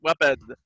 weapon